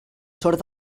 sort